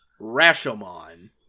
Rashomon